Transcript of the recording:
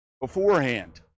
beforehand